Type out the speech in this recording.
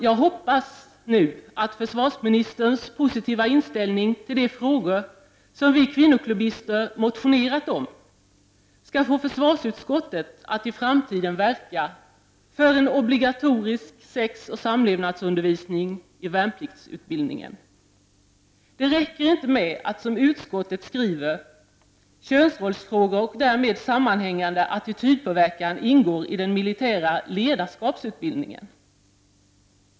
Jag hoppas nu att försvarsministerns positiva inställning till de frågor som vi kvinnoklubbister motionerat om skall få försvarsutskottet att i framtiden verka för en obligatorisk sexoch samlevnadsundervisning i värnpliktsutbildningen. Det räcker inte med att, som utskottet skriver, ”könsrollsfrågor och därmed sammanhängande attitydpåverkan” ingår i den militära ledarskapsutbildningen.